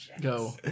go